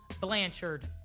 Blanchard